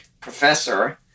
professor